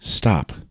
Stop